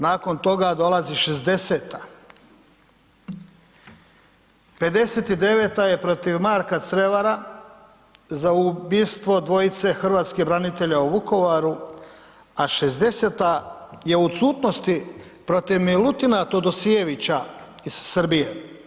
Nakon toga dolazi 60. 59. je protiv Marka Crevara za ubojstvo dvojice hrvatskih branitelja u Vukovaru, a 60. je u odsutnosti protiv Milutina Todosijevića iz Srbije.